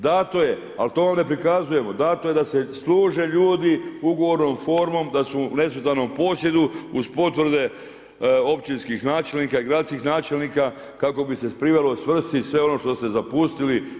Dato je, ali to vam ne prikazujemo, dato je da se služe ljude ugovornom formom da su u nesmetanom posjedu uz potvrde općinskih načelnika i gradskih načelnika kako bi se privelo svrsi sve ono što ste zapustili.